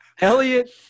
Elliot